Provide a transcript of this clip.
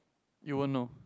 you won't know